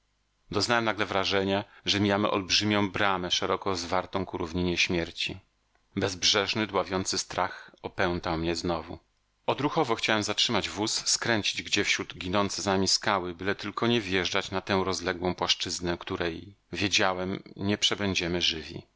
doznałem nagle wrażenia że mijamy olbrzymią bramę szeroko rozwartą ku równinie śmierci bezbrzeżny dławiący strach opętał mnie znowu odruchowo chciałem zatrzymać wóz skręcić gdzie wśród ginące za nami skały byle tylko nie wjeżdżać na tę rozległą płaszczyznę której wiedziałem nie przebędziemy żywi